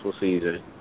season